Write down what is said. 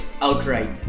outright